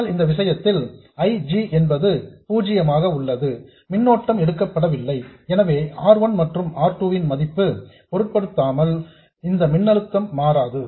ஆனால் இந்த விஷயத்தில் I G என்பது பூஜ்யமாக உள்ளது மின்னோட்டம் எடுக்கப்படவில்லை எனவே R 1 மற்றும் R 2 ன் மதிப்பை பொருட்படுத்தாமல் இந்த மின்னழுத்தம் மாறாது